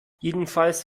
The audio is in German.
jedenfalls